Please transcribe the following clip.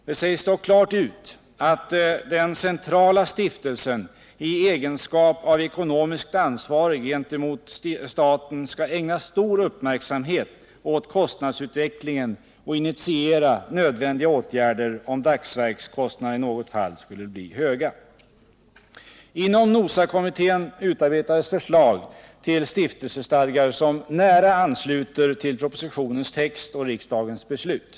Det sägs dock klart ut att den centrala stiftelsen i egenskap av ekonomiskt ansvarig gentemot staten skall ägna stor uppmärksamhet åt kostnadsutvecklingen och initiera nödvändiga åtgärder om dagsverkskostnaderna i något fall skulle bli för höga. Inom NOSA kommittén utarbetades förslag till stiftelsestadgar, som nära ansluter sig till propositionens text och riksdagens beslut.